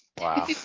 Wow